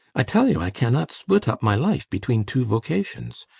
i tell you i cannot split up my life between two vocations.